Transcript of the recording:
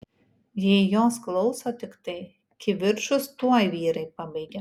jei jos klauso tiktai kivirčus tuoj vyrai pabaigia